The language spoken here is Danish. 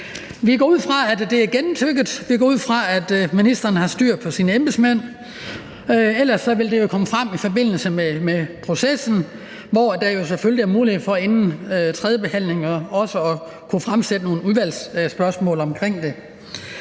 Vi går ud fra, at det er gennemtygget. Vi går ud fra, at ministeren har styr på sine embedsmænd. Ellers vil det jo komme frem i processen, hvor der selvfølgelig inden tredjebehandlingen er mulighed for også at stille nogle udvalgsspørgsmål om det.